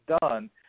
done